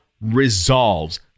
resolves